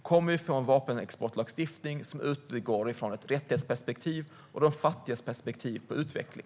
Kommer vi att få en vapenexportlagstiftning som utgår ifrån ett rättighetsperspektiv och ifrån de fattigas perspektiv på utveckling?